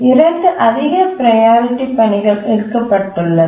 இரண்டு அதிக ப்ரையாரிட்டி பணிகள் எடுக்கப்பட்டுள்ளது